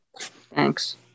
Thanks